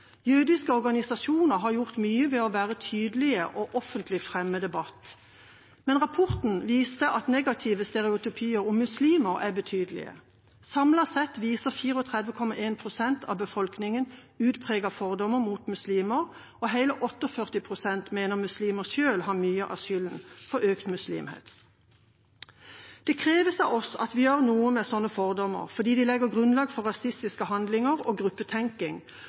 Jødiske organisasjoner har gjort mye ved å være tydelige og offentlig fremme debatt. Men rapporten viste også at negative stereotypier om muslimer er betydelige. Samlet sett viser 34,1 pst. av befolkningen utpregede fordommer mot muslimer, og hele 48 pst. mener muslimer selv har mye av skylden for økt muslimhets. Det kreves av oss at vi gjør noe med slike fordommer, for de legger grunnlag for rasistiske handlinger og